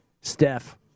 Steph